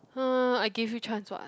uh I give you chance [what]